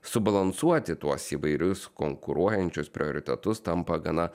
subalansuoti tuos įvairius konkuruojančius prioritetus tampa gana